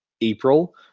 April